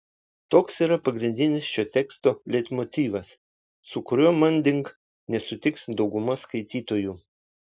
toks yra pagrindinis šio teksto leitmotyvas su kuriuo manding nesutiks dauguma skaitytojų